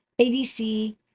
ADC